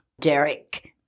Derek